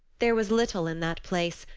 there was little in that place,